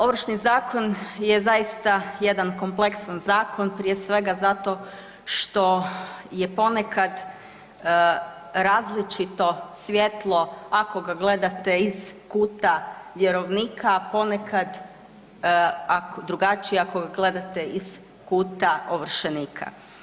Ovršni zakon je zaista jedan kompleksan zakon, prije svega zato što je ponekad različito svjetlo ako ga gledate iz kuta vjerovnika, ponekad drugačije ako ga gledate iz kuta ovršenika.